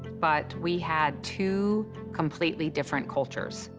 but we had two completely different cultures.